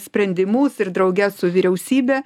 sprendimus ir drauge su vyriausybe